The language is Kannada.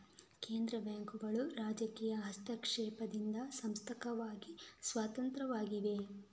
ಕೇಂದ್ರ ಬ್ಯಾಂಕುಗಳು ರಾಜಕೀಯ ಹಸ್ತಕ್ಷೇಪದಿಂದ ಸಾಂಸ್ಥಿಕವಾಗಿ ಸ್ವತಂತ್ರವಾಗಿವೆ